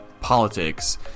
politics